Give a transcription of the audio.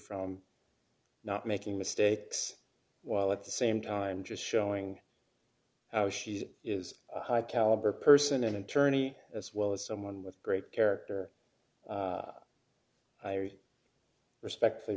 from not making mistakes while at the same time just showing how she is a high caliber person an attorney as well as someone with great character i respectfully